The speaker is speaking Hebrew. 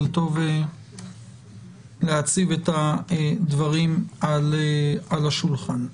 אבל טוב להציב את הדברים על השולחן.